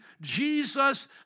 Jesus